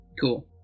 Cool